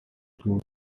shoes